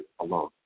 alone